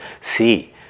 see